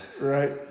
right